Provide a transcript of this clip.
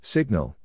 Signal